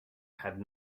had